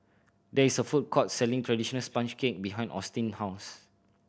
there is a food court selling traditional sponge cake behind Austyn house